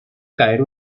caer